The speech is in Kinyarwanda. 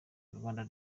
rwanda